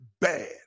bad